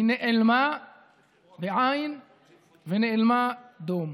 היא נעלמה ונאלמה דום.